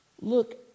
Look